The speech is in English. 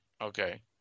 okay